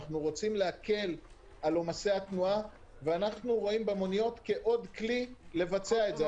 אנחנו רוצים להקל על עומסי התנועה ורואים במוניות כעוד כלי לבצע את זה.